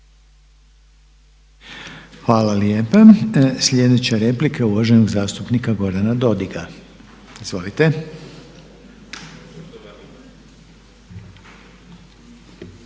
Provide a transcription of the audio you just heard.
Hvala lijepa. I zadnja replika je uvaženog zastupnika Gorana Marića. Izvolite.